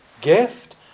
gift